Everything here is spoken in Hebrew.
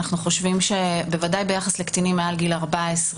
אנחנו חושבים שבוודאי ביחס לקטינים מעל גיל 14,